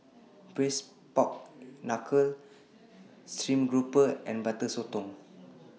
Braised Pork Knuckle Stream Grouper and Butter Sotong